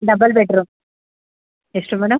double bedroom ಎಷ್ಟು madam